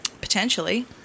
Potentially